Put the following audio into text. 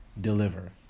deliver